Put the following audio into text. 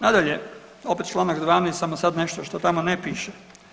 Nadalje, opet čl. 12., samo sad nešto što tamo ne piše.